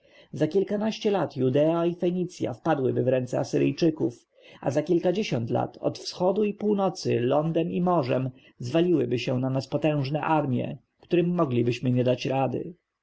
za kilkanaście lat judea i fenicja wpadłyby w ręce asyryjczyków a za kilkadziesiąt lat od wschodu i północy lądem i morzem zwaliłyby się na nas potężne armje którym moglibyśmy nie dać rady